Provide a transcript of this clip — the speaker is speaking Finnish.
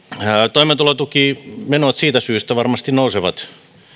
toimeentulotukimenot siitä syystä varmasti nousevat